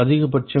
அதிகபட்சம்